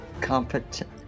competent